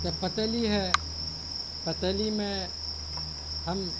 یا پتیلی ہے پتیلی میں ہم